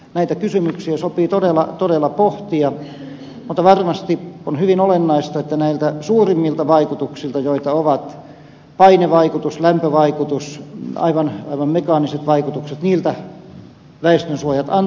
näitä kysymyksiä sopii todella pohtia mutta varmasti on hyvin olennaista että näiltä suurimmilta vaikutuksilta joita ovat painevaikutus lämpövaikutus aivan mekaaniset vaikutukset niiltä väestönsuojat antavat suojaa